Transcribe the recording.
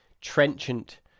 trenchant